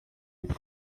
yitwa